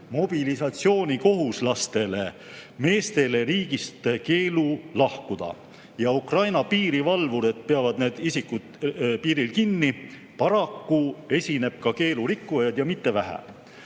mobilisatsioonikohuslastest meestele riigist lahkumise keelu ja Ukraina piirivalvurid peavad need isikud piiril kinni. Paraku on ka keelu rikkujaid, ja mitte vähe.